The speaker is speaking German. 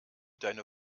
deine